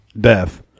death